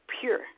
pure